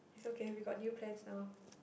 it's okay we got new plans now